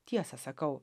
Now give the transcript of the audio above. tiesą sakau